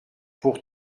pour